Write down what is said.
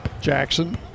Jackson